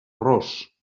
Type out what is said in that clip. ros